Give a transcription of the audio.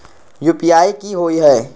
UPI कि होअ हई?